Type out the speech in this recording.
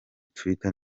twitter